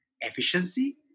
efficiency